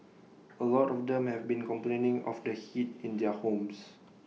A lot of them have been complaining of the heat in their homes